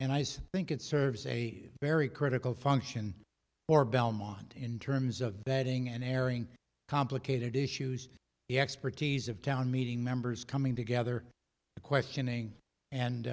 and i think it serves a very critical function or belmont in terms of betting and airing complicated issues the expertise of town meeting members coming together of questioning and